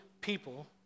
people